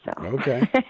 okay